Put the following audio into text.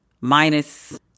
minus